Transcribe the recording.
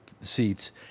seats